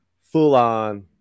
full-on